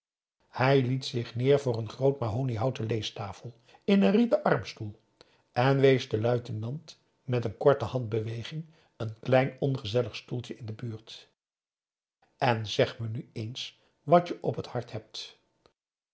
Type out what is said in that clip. hij liet zich neer voor n groote mahoniehouten leestafel in een rieten armstoel en wees den luitenant met een korte handbeweging n klein ongezellig stoeltje in de buurt en zeg me nu eens wat je op het hart hebt